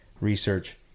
research